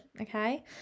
okay